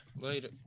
later